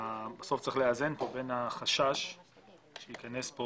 שבסוף צריך לאזן פה בין החשש שייכנס לפה